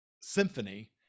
symphony